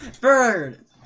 Bird